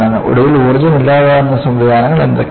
ഒടുവിൽ ഊർജ്ജം ഇല്ലാതാക്കുന്ന സംവിധാനങ്ങൾ എന്തൊക്കെയാണ്